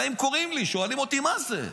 באים וקוראים לי, שואלים אותי: מה זה?